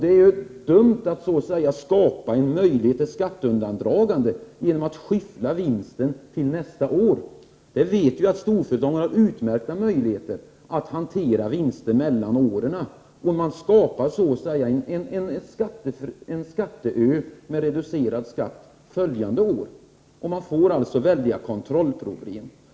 Därför är det dumt att så att säga skapa en möjlighet till skatteundandragande — eftersom vinsten kan skyfflas över till nästkommande år. Det är ju känt att storföretagen har utmärkta möjligheter att sprida vinsterna över åren. Man skapar härmed, skulle jag vilja säga, en skatteö med reducerad skatt följande år. Kontrollproblemen blir enorma.